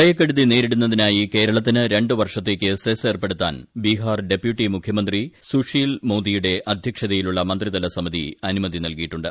പ്രളയക്കെടുതി നേരിടുന്നതിനായി കേരളത്തിന് രണ്ട് വർഷത്തേക്ക് സെസ് ഏർപ്പെടുത്താൻ ബിഹാർ ഡെപ്യൂട്ടി മുഖ്യമന്ത്രി സുശിൽമോദിയുടെ അദ്ധ്യക്ഷതയിലുള്ള മന്ത്രിതല സമിതി അനുമതി നൽകിയിട്ടുണ്ട്